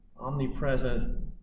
omnipresent